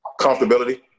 Comfortability